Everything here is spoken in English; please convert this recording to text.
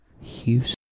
Houston